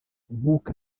nk’uko